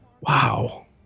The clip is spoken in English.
Wow